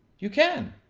you can.